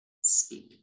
speak